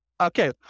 Okay